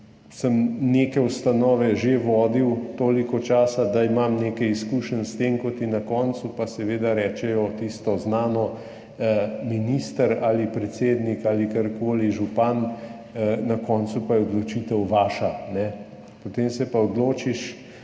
sem neke ustanove že vodil toliko časa, da imam nekaj izkušenj s tem, ko ti na koncu pa seveda rečejo tisto znano: minister ali predsednik ali karkoli, župan, na koncu pa je odločitev vaša. Potem se pa odločiš